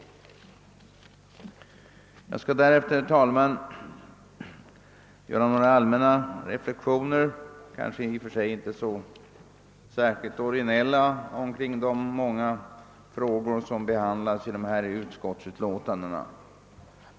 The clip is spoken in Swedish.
Jag vill här göra några allmänna och i och för sig kanske inte särskilt originella reflexioner kring de många frå gor som behandlas i förevarande ut :skottsutlåtanden.